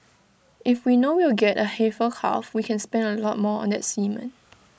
if we know we'll get A heifer calf we can spend A lot more on that semen